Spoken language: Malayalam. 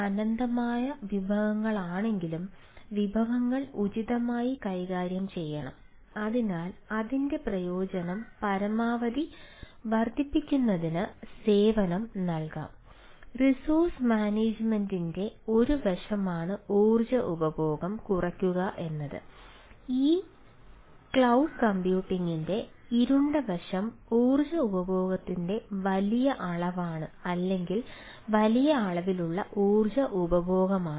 അതിനാൽ ക്ലൌഡിന്റെ ഇരുണ്ട വശം ഊർജ്ജ ഉപഭോഗത്തിന്റെ വലിയ അളവാണ് അല്ലെങ്കിൽ വലിയ അളവിലുള്ള ഊർജ്ജ ഉപഭോഗമാണ്